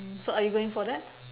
so are you going for that